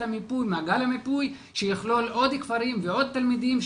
מעגל המיפוי שיכלול עוד כפרים ועוד תלמידים,